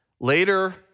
later